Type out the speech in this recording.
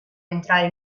entrare